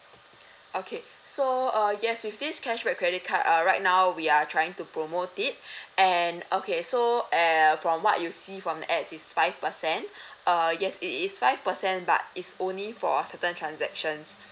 okay so uh yes with this cashback credit card uh right now we are trying to promote it and okay so err from what you see from the ads is five percent err yes it is five percent but it's only for a certain transactions